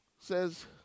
Says